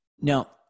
Now